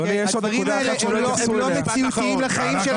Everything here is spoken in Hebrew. הדברים האלה הם לא מציאותיים לחיים של אנשים.